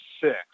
six